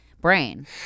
brain